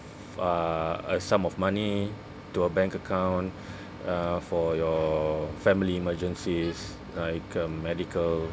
uh a sum of money to a bank account uh for your family emergencies like uh medical